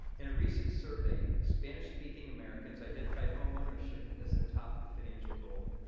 in a recent survey, spanish-speaking americans identified homeownership as their top financial goal.